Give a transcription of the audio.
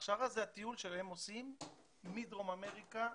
הכשרה זה הטיול שהם עושים מדרום אמריקה,